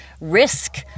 risk